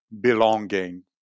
belonging